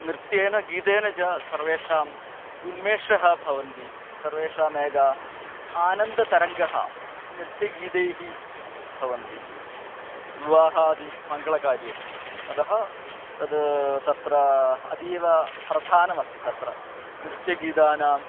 नृत्येन गीतेन च सर्वेषाम् उन्मेशः भवन्ति सर्वेषामेकः आनन्दतरङ्गः नृत्यगीतैः भवन्ति विवाहादिमङ्गलकार्येषु अतः तद् तत्र अतीव प्रधानमस्ति तत्र नृत्यगीतानाम्